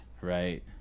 right